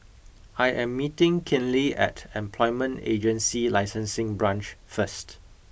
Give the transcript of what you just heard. I am meeting Kinley at Employment Agency Licensing Branch first